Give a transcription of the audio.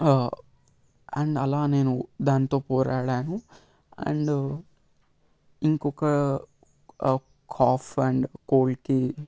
and అలా నేను దానితో పోరాడాను అండ్ ఇంకొక కాఫ్ అండ్ కోల్డ్కి